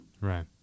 Right